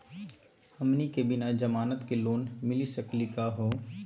हमनी के बिना जमानत के लोन मिली सकली क हो?